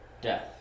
death